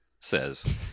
says